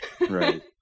Right